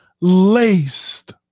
laced